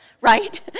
right